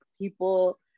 people